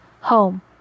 home